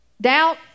Doubt